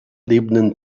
lebenden